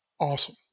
awesome